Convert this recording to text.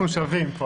אנחנו שווים.